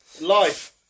Life